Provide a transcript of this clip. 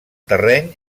terreny